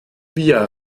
via